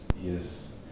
yes